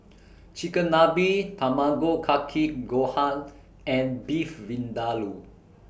Chigenabe Tamago Kake Gohan and Beef Vindaloo